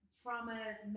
traumas